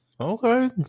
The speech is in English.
okay